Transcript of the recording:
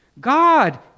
God